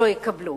לא יקבלו.